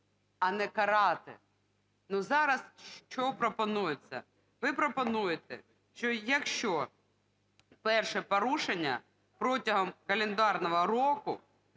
а не карати. Ну, зараз що пропонується? Ви пропонуєте, що якщо перше порушення протягом календарного року,